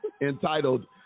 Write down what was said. entitled